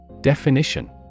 definition